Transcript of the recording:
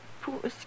poor